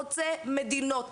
חוצה מדינות,